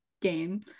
game